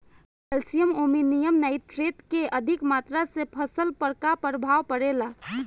Calcium ammonium nitrate के अधिक मात्रा से फसल पर का प्रभाव परेला?